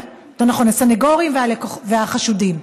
יותר נכון הסנגורים והחשודים.